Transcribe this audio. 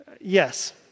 Yes